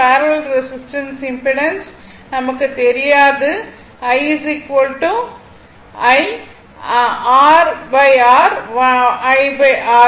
parallel resistance impedance நமக்குத் தெரியாத I 1 r 1 r1 மற்றும் 1 r2 ஆகும்